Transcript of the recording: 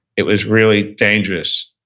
it was really dangerous